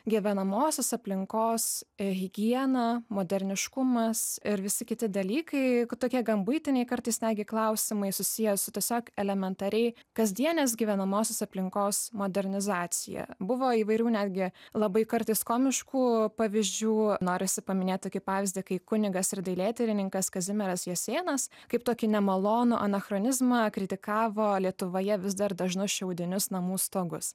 gyvenamosios aplinkos higiena moderniškumas ir visi kiti dalykai kad tokie gan buitiniai kartais negi klausimai susiję su tiesiog elementariai kasdienės gyvenamosios aplinkos modernizacija buvo įvairių netgi labai kartais komiškų pavyzdžių norisi paminėti tokį pavyzdį kai kunigas ir dailėtyrininkas kazimieras jasėnas kaip tokį nemalonų anachronizmą kritikavo lietuvoje vis dar dažnus šiaudinius namų stogus